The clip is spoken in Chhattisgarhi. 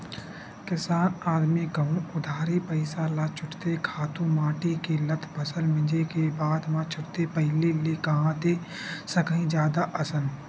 किसान आदमी कहूँ उधारी पइसा ल छूटथे खातू माटी के ल त फसल मिंजे के बादे म छूटथे पहिली ले कांहा दे सकही जादा असन